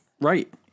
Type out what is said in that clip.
Right